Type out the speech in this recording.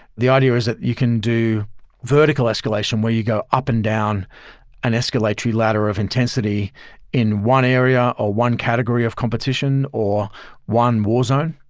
the idea is that you can do vertical escalation where you go up and down an escalatory ladder of intensity in one area, or one category of competition, or one war zone.